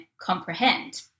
comprehend